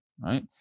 Right